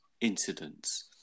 incidents